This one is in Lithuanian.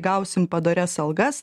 gausim padorias algas